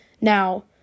Now